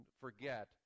forget